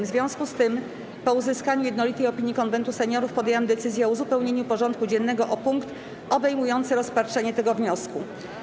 W związku z tym, po uzyskaniu jednolitej opinii Konwentu Seniorów, podjęłam decyzję o uzupełnieniu porządku dziennego o punkt obejmujący rozpatrzenie tego wniosku.